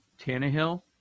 Tannehill